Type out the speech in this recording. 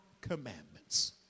commandments